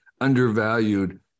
undervalued